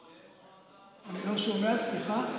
אני לא שומע, סליחה.